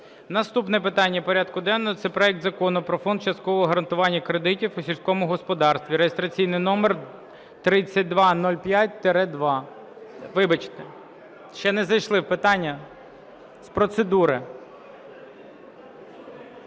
Наступне питання порядку денного – це проект Закону про Фонд часткового гарантування кредитів у сільському господарстві (реєстраційний номер 3205-2). Вибачте, ще не зайшли в питання. З процедури,